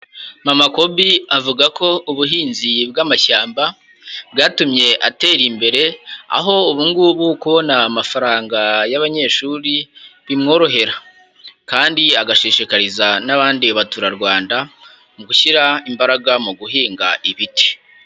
Mama Kobi avuga ko ubuhinzi bw'amashyamba, bwatumye atera imbere, aho ubungubu kubona amafaranga y'abanyeshuri bimworohera. Kandi agashishikariza n'abandi baturarwanda mu gushyira imbaraga mu guhinga ibiti.